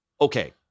Okay